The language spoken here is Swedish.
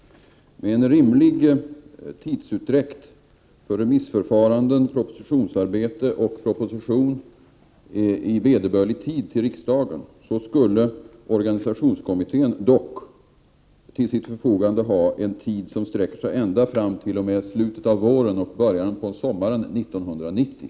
Med en rimlig tidsutdräkt för remissförfaranden, propositionsarbete och proposition i vederbörlig tid till riksdagen skulle organisationskommittén dock till sitt förfogande ha en tid som sträcker sig ända fram t.o.m. slutet av våren eller början av sommaren 1990.